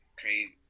crazy